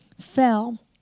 fell